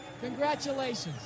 congratulations